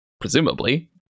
Presumably